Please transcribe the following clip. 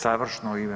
Završno u ime